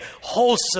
wholesome